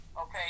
okay